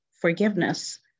forgiveness